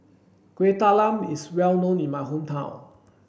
Kueh Talam is well known in my hometown